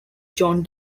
john